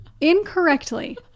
incorrectly